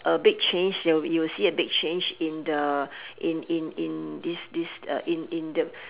a big change you'll you will see a big change in the in in in this this in in the